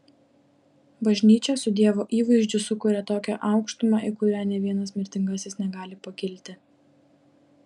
bažnyčia su dievo įvaizdžiu sukuria tokią aukštumą į kurią nė vienas mirtingasis negali pakilti